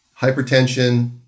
hypertension